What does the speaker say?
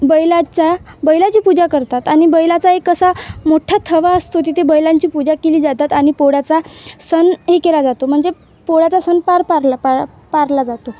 बैलाचा बैलाची पूजा करतात आणि बैलाचा एक असा मोठा थवा असतो तिथे बैलांची पूजा केली जातात आणि पोळ्याचा सण हे केला जातो म्हणजे पोळ्याचा सण पार पारला पा पाडला जातो